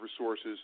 resources